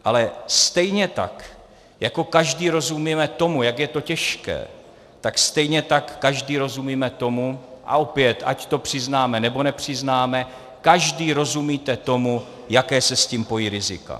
Ale stejně tak jako každý rozumíme tomu, jak je to těžké, tak stejně tak každý rozumíme tomu, a opět ať to přiznáme, nebo nepřiznáme, každý rozumíte tomu, jaká se s tím pojí rizika.